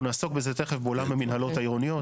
אנחנו נעסוק בזה תיכף בעולם המינהלות העירוניות.